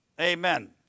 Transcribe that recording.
Amen